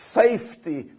safety